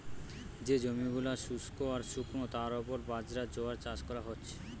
যে জমি গুলা শুস্ক আর শুকনো তার উপর বাজরা, জোয়ার চাষ কোরা হচ্ছে